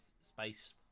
Space